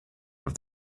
out